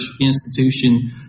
institution